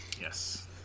Yes